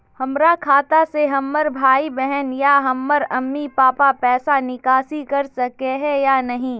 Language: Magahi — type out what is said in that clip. हमरा खाता से हमर भाई बहन या हमर मम्मी पापा पैसा निकासी कर सके है या नहीं?